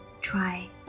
Try